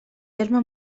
terme